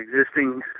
existing